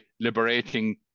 liberating